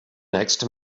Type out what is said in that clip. next